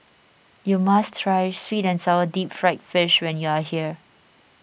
you must try Sweet and Sour Deep Fried Fish when you are here